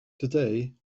today